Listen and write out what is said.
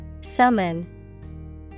Summon